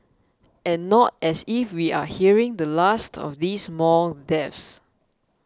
and not as if we are hearing the last of these mall deaths